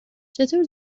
چطور